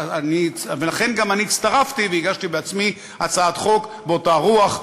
ולכן אני גם הצטרפתי והגשתי בעצמי הצעת חוק באותה רוח,